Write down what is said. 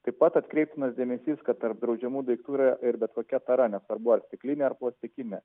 taip pat atkreiptinas dėmesys kad tarp draudžiamų daiktų yra ir bet kokia tara nesvarbu ar stiklinė ar plastikinė